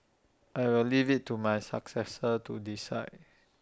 I will leave IT to my successor to decide